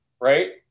right